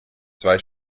zwei